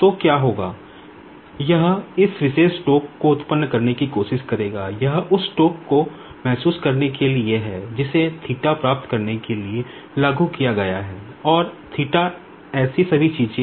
तो क्या होगा यह इस विशेष टोक़ को महसूस करने के लिए है जिसे प्राप्त करने के लिए लागू किया गया है और ऐसी सभी चीजें